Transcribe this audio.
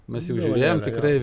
mes jau žiūrėjom tikrai